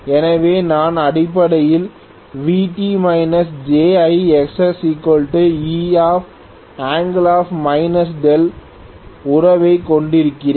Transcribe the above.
எனவே நான் அடிப்படையில் Vt jIXSE உறவைக் கொண்டிருக்கிறேன்